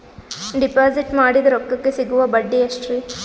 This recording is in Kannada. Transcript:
ಡಿಪಾಜಿಟ್ ಮಾಡಿದ ರೊಕ್ಕಕೆ ಸಿಗುವ ಬಡ್ಡಿ ಎಷ್ಟ್ರೀ?